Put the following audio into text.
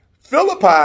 Philippi